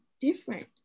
different